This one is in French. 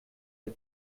les